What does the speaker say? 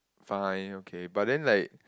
fine okay but then like